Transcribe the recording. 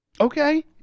Okay